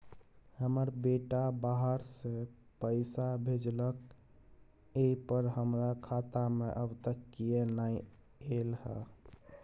हमर बेटा बाहर से पैसा भेजलक एय पर हमरा खाता में अब तक किये नाय ऐल है?